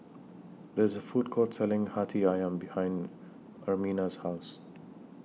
There IS A Food Court Selling Hati Ayam behind Ermina's House